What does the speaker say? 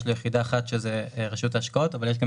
יש לו יחידה אחת שזה רשות ההשקעות אבל יש גם